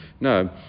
No